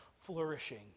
flourishing